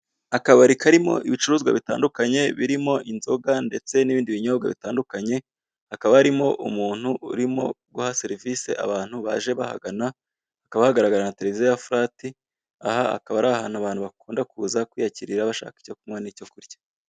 Akabari karimo ibicuruzwa bitandukanye birimo inzoga ndetse n'ibindi binyobwa bitandukanye, hakaba harimo umuntu urimo guha serivise abantu baje bahagana, hakaba hagaragara na televiziyo ya furati, aha hakaba ari ahantu bakunda kuza kwiyakirira bashaka icyo kunywa n'icyo kurya.